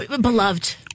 beloved